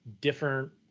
different